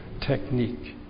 technique